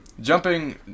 Jumping